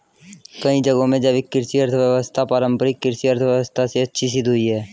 कई जगहों में जैविक कृषि अर्थव्यवस्था पारम्परिक कृषि अर्थव्यवस्था से अच्छी सिद्ध हुई है